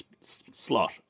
slot